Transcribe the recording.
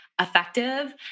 effective